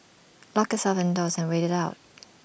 lock selves indoors and wait IT out